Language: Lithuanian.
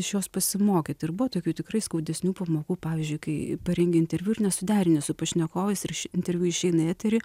iš jos pasimokyt ir buvo tokių tikrai skaudesnių pamokų pavyzdžiui kai parengi interviu ir nesuderini su pašnekovais ir iš interviu išeina į etery